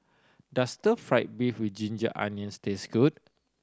does stir fried beef with ginger onions taste good